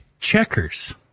Checkers